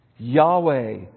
Yahweh